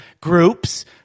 groups